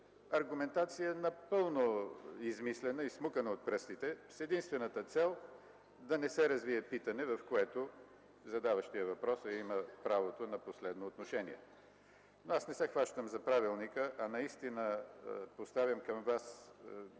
Аргументация, напълно измислена и изсмукана от пръстите, с единствената цел да не се развие питане, в което задаващият въпроса има право на последно отношение. Аз не се хващам за правилника, а наистина поставям към Вас